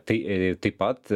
tai taip pat